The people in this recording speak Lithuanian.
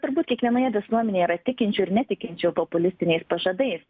turbūt kiekvienoje visuomenėje yra tikinčių ir netikinčių populistiniais pažadais